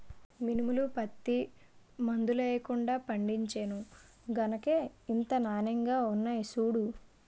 మినుములు, పత్తి మందులెయ్యకుండా పండించేను గనకే ఇంత నానెంగా ఉన్నాయ్ సూడూ